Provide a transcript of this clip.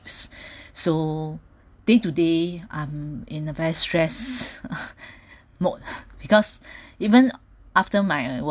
so day to day I'm in a very stressed mode because even after my